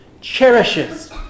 Cherishes